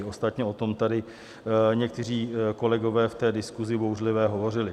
Ostatně o tom tady někteří kolegové v diskusi bouřlivě hovořili.